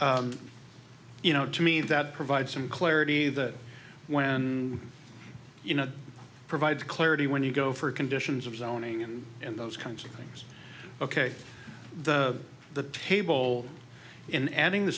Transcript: law you know to mean that provide some clarity that when you know provide clarity when you go for conditions of zoning and in those kinds of things ok the table in adding the